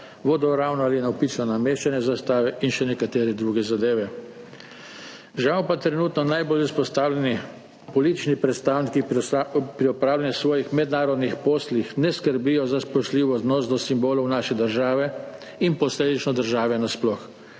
vodoravno ali navpično nameščanje zastave in še nekatere druge zadeve. Žal pa trenutno najbolj izpostavljeni politični predstavniki pri opravljanju svojih mednarodnih poslov ne skrbijo za spoštljiv odnos do simbolov naše države in posledično države nasploh.